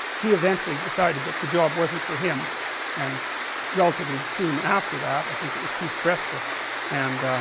he eventually decided that the job wasn't for him and relatively soon after that, i think it was too stressful and ah,